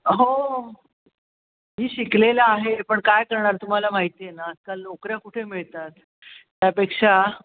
हो मी शिकलेला आहे पण काय करणार तुम्हाला माहिती आहे ना आजकाल नोकऱ्या कुठे मिळतात त्यापेक्षा